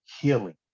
healing